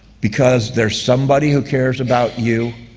because there's somebody who cares about you,